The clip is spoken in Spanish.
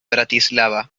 bratislava